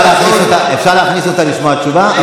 אפשר להכניס אותה לשמוע תשובה?